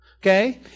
Okay